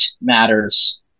matters